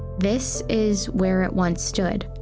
this is where it once stood.